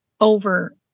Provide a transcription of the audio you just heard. over